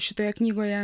šitoje knygoje